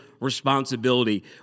responsibility